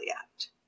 Act